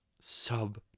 sub